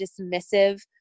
dismissive